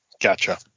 gotcha